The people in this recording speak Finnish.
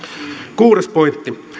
kuudes pointti